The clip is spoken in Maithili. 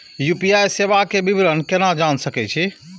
यू.पी.आई सेवा के विवरण केना जान सके छी?